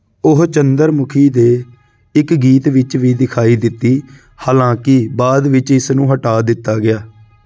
ਉਹ ਚੰਦਰ ਮੁਖੀ ਦੇ ਇੱਕ ਗੀਤ ਵਿੱਚ ਵੀ ਦਿਖਾਈ ਦਿੱਤੀ ਹਾਲਾਂਕਿ ਬਾਅਦ ਵਿੱਚ ਇਸ ਨੂੰ ਹਟਾ ਦਿੱਤਾ ਗਿਆ